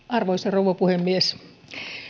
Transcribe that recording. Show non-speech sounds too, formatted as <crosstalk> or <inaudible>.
<unintelligible> arvoisa rouva puhemies